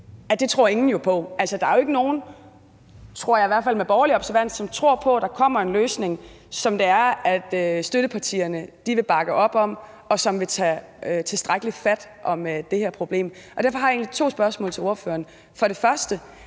det tror ingen jo på. Altså, der er jo ikke nogen – i hvert fald ikke med borgerlig observans, tror jeg – som tror på, at der kommer en løsning, som støttepartierne vil bakke op om, og som vil tage tilstrækkelig fat om det her problem. Og derfor har jeg to spørgsmål til ordføreren. For det første: